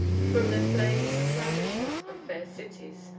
from the flame and ravishment of fair cities,